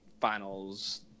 finals